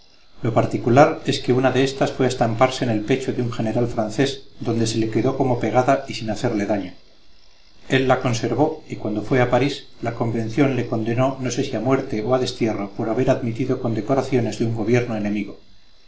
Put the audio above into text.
lo particular es que una de estas fue a estamparse en el pecho de un general francés donde se le quedó como pegada y sin hacerle daño él la conservó y cuando fue a parís la convención le condenó no sé si a muerte o a destierro por haber admitido condecoraciones de un gobierno enemigo